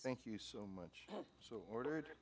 thank you so much so ordered